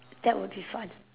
that would be fun